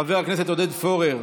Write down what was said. חבר הכנסת עודד פורר,